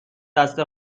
دست